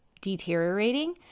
deteriorating